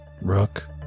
Rook